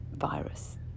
virus